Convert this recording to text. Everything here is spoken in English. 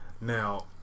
Now